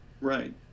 Right